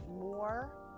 more